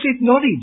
knowledge